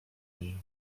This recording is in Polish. niej